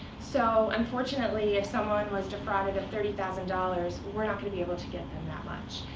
so unfortunately, if someone was defrauded of thirty thousand dollars, we're not going to be able to get them that much,